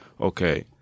okay